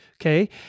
Okay